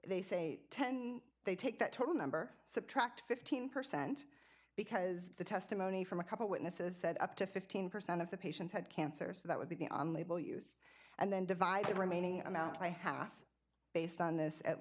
they say ten they take that total number subtract fifteen percent because the testimony from a couple witnesses said up to fifteen percent of the patients had cancers that would be on label use and then divide the remaining amount by half based on this